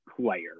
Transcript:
player